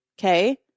Okay